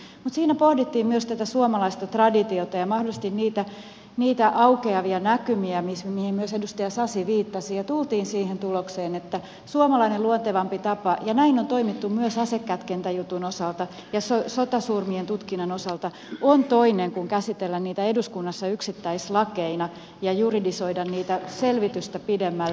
mutta siinä pohdittiin myös tätä suomalaista traditiota ja mahdollisesti niitä aukeavia näkymiä mihin myös edustaja sasi viittasi ja tultiin siihen tulokseen että luontevampi suomalainen tapa ja näin on toimittu myös asekätkentäjutun osalta ja sotasurmien tutkinnan osalta on toinen kuin käsitellä niitä eduskunnassa yksittäislakeina ja juridisoida niitä selvitystä pidemmälle